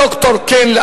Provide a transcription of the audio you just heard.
דוקטור כן,